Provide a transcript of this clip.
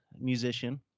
musician